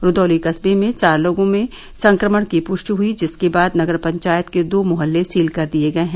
रूधौली कस्बे में चार लोगों में संक्रमण की पुष्टि हुई जिसके बाद नगर पंचायत के दो मोहल्ले सील कर दिए गए हैं